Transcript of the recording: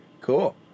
Cool